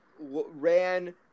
ran